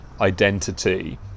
identity